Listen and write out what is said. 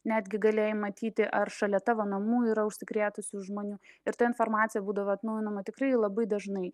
netgi galėjai matyti ar šalia tavo namų yra užsikrėtusių žmonių ir ta informacija būdavo atnaujinama tikrai labai dažnai